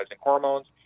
hormones